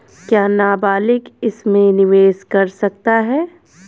क्या नाबालिग इसमें निवेश कर सकता है?